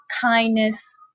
kindness